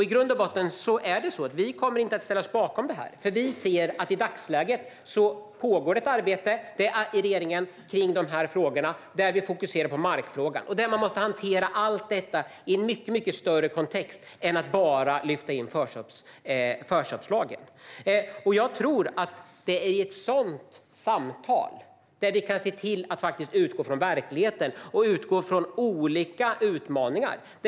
I grund och botten kommer vi inte att ställa oss bakom detta, för i dagsläget pågår ett arbete i regeringen kring dessa frågor, där det fokuseras på markfrågan. Detta måste hanteras i en mycket större kontext än att bara lyfta in förköpslagen. Det är i ett sådant samtal vi kan utgå från verkligheten och olika utmaningar.